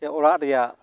ᱥᱮ ᱚᱲᱟᱜ ᱨᱮᱭᱟᱜ